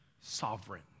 sovereign